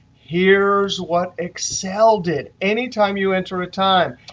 here's what excel did. any time you enter a time,